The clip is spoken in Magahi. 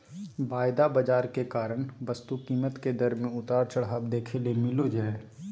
वायदा बाजार के कारण वस्तु कीमत के दर मे उतार चढ़ाव देखे ले मिलो जय